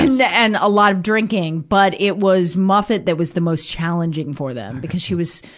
and and a lot of drinking. but, it was muffet that was the most challenging for them, because she was,